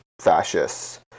fascists